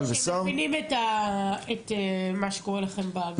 ושר --- שהם מבינים את מה שקורה לכם באגף?